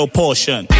portion